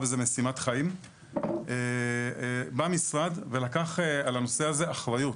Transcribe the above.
בזה משימת חיים במשרד ולקח על הנושא הזה אחריות.